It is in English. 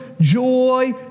joy